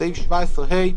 בסעיף 17ה,